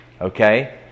Okay